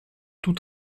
tous